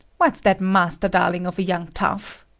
what's that master darling of a young tough!